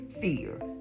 fear